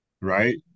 Right